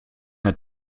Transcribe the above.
der